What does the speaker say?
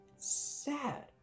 Sad